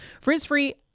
Frizz-free